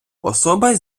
особа